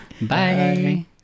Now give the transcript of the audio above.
Bye